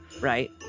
Right